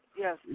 Yes